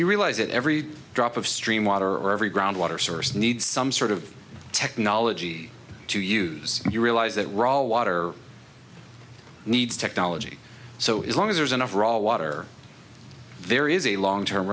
you realize that every drop of stream water or every groundwater source needs some sort of technology to use you realize that raw water needs technology so long as there's enough raw water there is a long term